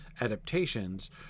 adaptations